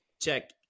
check